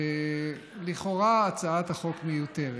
ולכאורה הצעת החוק מיותרת.